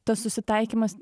tas susitaikymas